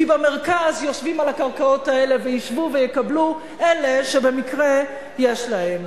כי במרכז יושבים על הקרקעות האלה וישבו ויקבלו אלה שבמקרה יש להם.